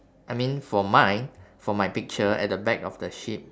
I mean for mine for my picture at the back of the sheep